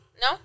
No